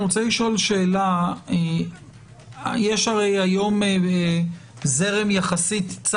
אני רוצה לשאול שאלה: יש הרי היום זרם יחסית צר